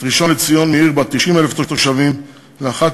את ראשון-לציון מעיר בת 90,000 תושבים לאחת